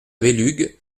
belugue